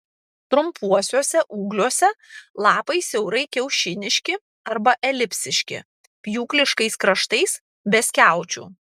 trumpuosiuose ūgliuose lapai siaurai kiaušiniški arba elipsiški pjūkliškais kraštais be skiaučių